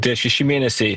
tie šeši mėnesiai